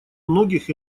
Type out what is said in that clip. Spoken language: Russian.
многих